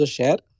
share